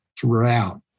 throughout